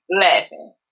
laughing